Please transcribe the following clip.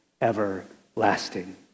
everlasting